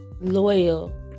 loyal